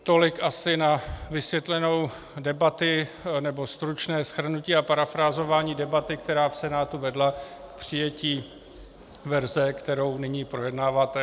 Tolik asi na vysvětlenou debaty, nebo stručné shrnutí a parafrázování debaty, která v Senátu vedla k přijetí verze, kterou nyní projednáváte.